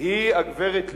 היא הגברת לבני.